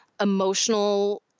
emotional